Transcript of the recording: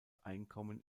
einkommen